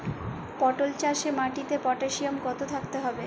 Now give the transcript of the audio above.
পটল চাষে মাটিতে পটাশিয়াম কত থাকতে হবে?